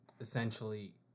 essentially